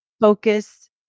focus